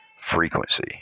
frequency